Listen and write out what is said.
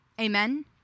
Amen